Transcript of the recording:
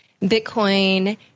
Bitcoin